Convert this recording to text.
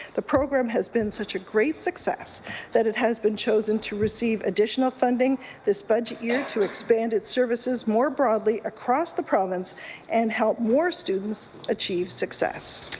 the program has been such a great success that it has been chosen to receive additional funding this budget year to expand its services more broadly across the province and help more students achieve success.